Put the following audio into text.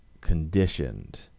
conditioned